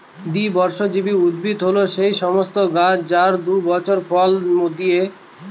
দ্বিবর্ষজীবী উদ্ভিদ হল সেই সমস্ত গাছ যারা দুই বছর ফল দিয়ে মরে যায় যেমন পার্সলে পাতার গাছ